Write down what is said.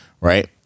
right